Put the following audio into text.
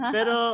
Pero